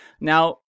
Now